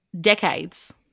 decades